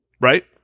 right